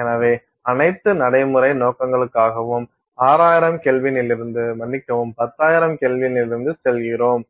எனவே அனைத்து நடைமுறை நோக்கங்களுக்காகவும் 6000K இலிருந்து மன்னிக்கவும் 10000K லிருந்து செல்கிறோம்